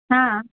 हा